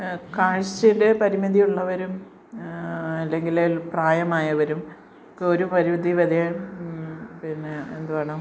കാഴ്ചയിലെ പരിമിതി ഉള്ളവരും അല്ലെങ്കിൽ പ്രായമായവർക്കും ഒരു പരിധി വരെ പിന്നെ എന്തുവേണം